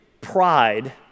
pride